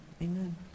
amen